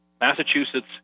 Massachusetts